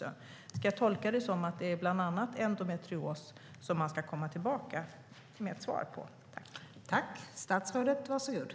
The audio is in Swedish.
Ska jag tolka det som att det bland annat är frågan om endometrios som man ska komma tillbaka med ett svar på?